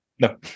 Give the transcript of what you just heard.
No